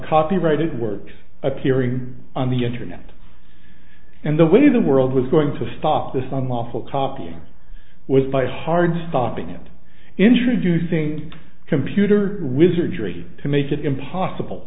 copyrighted works appearing on the internet and the way the world was going to stop the some awful copying was by hard stopping and introducing computer wizardry to make it impossible